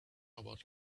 about